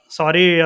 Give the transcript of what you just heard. sorry